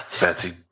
Betsy